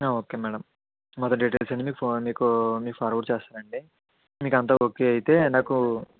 okay madam మొత్తం details అన్ని మీకు మీకు మీకు ఫార్వర్డ్ చేస్తానండి మీకు అంత ఓకే అయితే నాకు